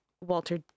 walter